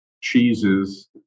cheeses